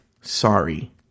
Sorry